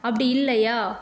அப்படி இல்லையா